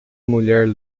mulher